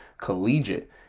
collegiate